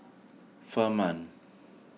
Firman